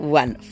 one